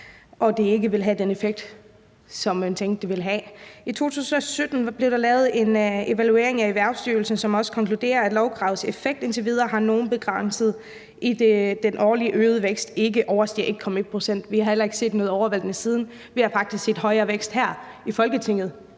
at det ikke ville have den effekt, som man tænkte det ville have. I 2017 blev der lavet en evaluering af Erhvervsstyrelsen, som også konkluderer, at lovkravet indtil videre har haft en noget begrænset effekt, idet den årlige øgede vækst ikke overstiger 1,1 pct. Vi har heller ikke set noget overvældende siden. Vi har faktisk set højere vækst her i Folketinget